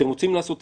אתם רוצים לעשות,